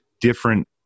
different